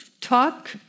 talk